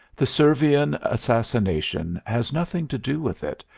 the servian assassination has nothing to do with it,